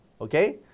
okay